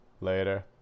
later